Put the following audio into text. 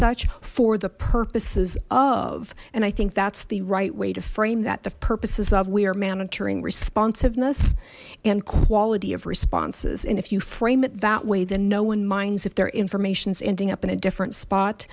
such for the purposes of and i think that's the right way to frame that the purposes of we are monitoring responsiveness and quality of responses and if you frame it that way then no one minds if their information is ending up in a different spot